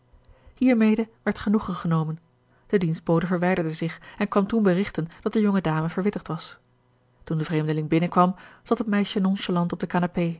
hiermede werd genoegen genomen de dienstbode verwijderde zich en kwam toen berigten dat de jonge dame verwittigd was toen de vreemdeling binnen kwam zat het meisje nonchalant op de